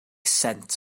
sent